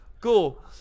cool